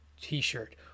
T-shirt